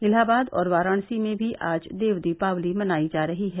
इलाहाबाद और वाराणसी में भी आज देव दीपावली मनायी जा रही है